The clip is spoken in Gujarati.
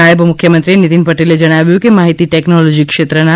નાયબ મુખ્યમંત્રી નીતિન પટેલે જણાવ્યું છે કે માહિતી ટેકનોલોજી ક્ષેત્રના